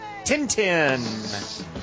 Tintin